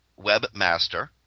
webmaster